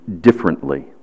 differently